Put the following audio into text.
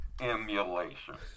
Emulation